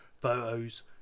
photos